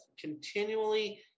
continually